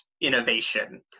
innovation